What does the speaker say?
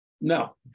No